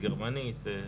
גרמנית,